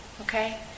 Okay